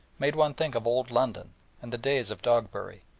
made one think of old london and the days of dogberry,